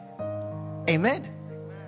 Amen